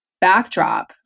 backdrop